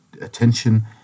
attention